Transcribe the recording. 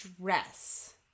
dress